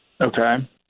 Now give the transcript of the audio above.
Okay